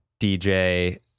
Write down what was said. DJ